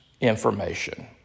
information